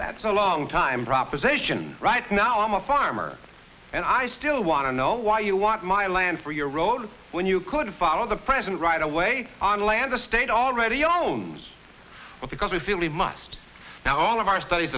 that's a long time proposition right now i'm a farmer and i still want to know why you want my land for your road when you could follow the president right away on land the state already owns but because we feel we must now all of our studies